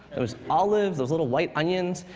there was olives, those little white onions.